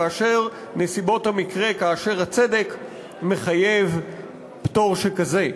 כאשר נסיבות המקרה, כאשר הצדק מחייב פטור כזה.